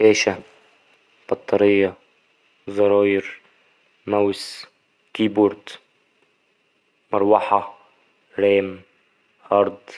شاشة بطارية زراير ماوس كيبورد مروحة رام هارد